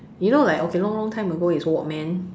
you know like okay long long time ago it's walkman